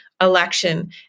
election